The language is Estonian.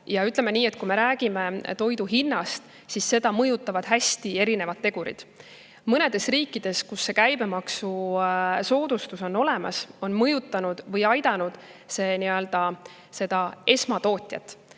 Ütleme nii, et kui me räägime toidu hinnast, siis seda mõjutavad hästi erinevad tegurid. Mõnedes riikides, kus see käibemaksusoodustus on olemas, on see aidanud esmatootjat.